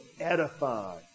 edify